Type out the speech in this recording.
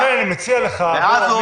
ואז,